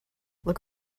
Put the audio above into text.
look